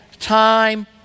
time